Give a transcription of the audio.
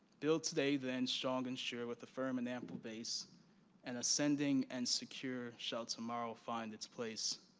build today, then strong and sure, with a firm and ample base and ascending and secure shall to-morrow find its place.